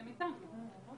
הם אתנו.